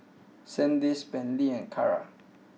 Sandisk Bentley and Kara